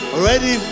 Already